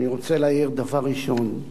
אני רוצה להעיר דבר ראשון,